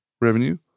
revenue